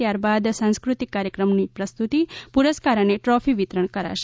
ત્યારબાદ સાંસ્કૃતિક કાર્યક્રમોની પ્રસ્તુતિ પુરસ્કાર અને ટ્રોફી વિતરણ કરાશે